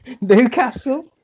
Newcastle